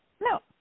No